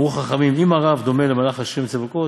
אמרו חכמים: אם הרב דומה למלאך ה' צבאות,